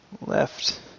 left